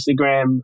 Instagram